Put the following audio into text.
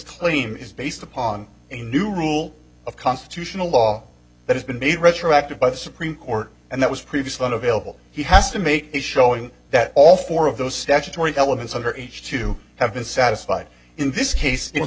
claim is based upon a new rule of constitutional law that has been made retroactive by the supreme court and that was previously unavailable he has to make a showing that all four of those statutory elements under age two have been satisfied in this case i